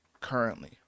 currently